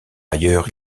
ailleurs